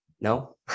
No